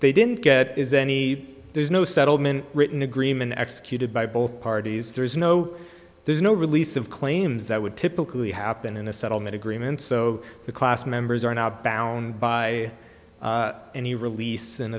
they didn't get it is any there's no settlement written agreement executed by both parties there's no there's no release of claims that would typically happen in a settlement agreement so the class members are now balanced by any release and